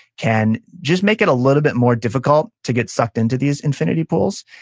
can just make it a little bit more difficult to get sucked into these infinity pools,